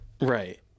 right